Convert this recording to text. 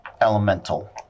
Elemental